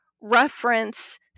reference